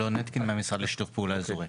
מהמשרד לשיתוף פעולה אזורי.